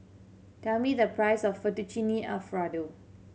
tell me the price of Fettuccine Alfredo